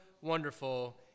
wonderful